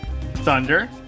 Thunder